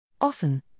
Often